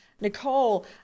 Nicole